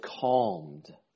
calmed